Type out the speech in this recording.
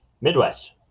Midwest